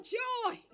joy